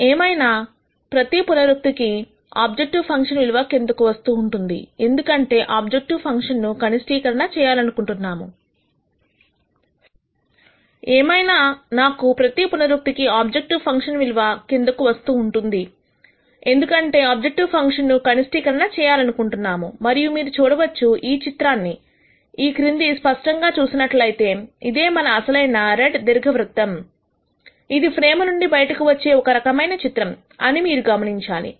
ఏమైనా నేను ప్రతి పునరుక్తి కి ఆబ్జెక్టివ్ ఫంక్షన్ విలువ కిందకు వస్తూ ఉంటుంది ఎందుకంటే ఆబ్జెక్టివ్ ఫంక్షన్ ను కనిష్టీకరణ చేయాలనుకుంటున్నాము మరియు మీరు చూడవచ్చు ఈ చిత్రాన్ని ఈ క్రింద స్పష్టంగా చూసినట్లయితే ఇదే మన అసలైన రెడ్ దీర్ఘ వృత్తం ఇది ఫ్రేమ్ నుండి బయటకు వచ్చే ఒక రకమైన చిత్రం అని మీరు గమనించాలి